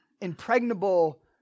impregnable